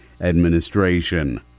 administration